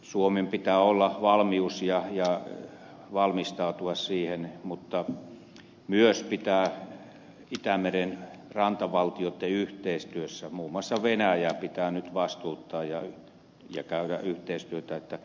suomella pitää olla valmius ja valmistautua siihen mutta myös pitää itämeren rantavaltioitten yhteistyössä muun muassa venäjää nyt vastuuttaa ja käydä yhteistyötä